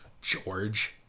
George